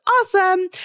awesome